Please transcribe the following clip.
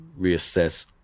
reassess